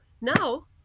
now